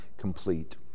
complete